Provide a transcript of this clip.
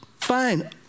Fine